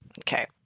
okay